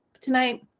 tonight